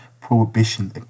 prohibition